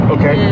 Okay